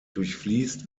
durchfließt